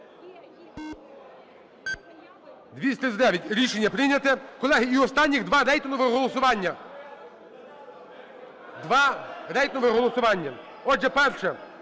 За-239 Рішення прийнято. Колеги, і останніх два рейтингових голосування. Два рейтингових голосування. Отже, перше.